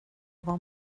vad